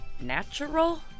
natural